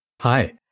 Hi